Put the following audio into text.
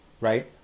right